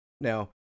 Now